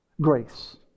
Grace